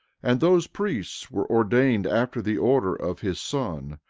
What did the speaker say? and those priests were ordained after the order of his son,